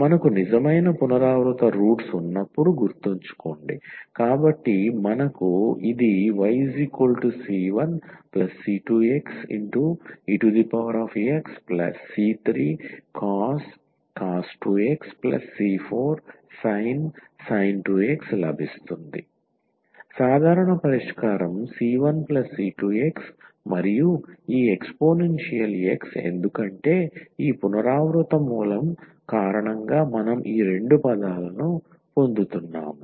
మనకు నిజమైన పునరావృత రూట్స్ ఉన్నప్పుడు గుర్తుంచుకోండి కాబట్టి మనకు ఇది yc1c2xexc3cos 2x c4sin 2x లభిస్తుంది సాధారణ పరిష్కారం c1c2x మరియు ఈ ఎక్స్పోనెన్షియల్ x ఎందుకంటే ఈ పునరావృత మూలం కారణంగా మనం ఈ రెండు పదాలను పొందుతున్నాము